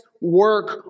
work